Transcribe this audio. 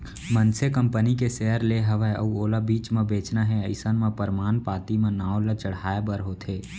मनसे कंपनी के सेयर ले हवय अउ ओला बीच म बेंचना हे अइसन म परमान पाती म नांव ल चढ़हाय बर होथे